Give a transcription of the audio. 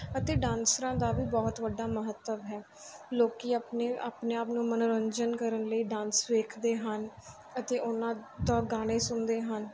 ਅਤੇ ਡਾਂਸਰਾ ਦਾ ਵੀ ਬਹੁਤ ਵੱਡਾ ਮਹੱਤਵ ਹੈ ਲੋਕ ਆਪਣੇ ਆਪਣੇ ਆਪ ਨੂੰ ਮਨੋਰੰਜਨ ਕਰਨ ਲਈ ਡਾਂਸ ਵੇਖਦੇ ਹਨ ਅਤੇ ਉਹਨਾਂ ਤੋਂ ਗਾਣੇ ਸੁਣਦੇ ਹਨ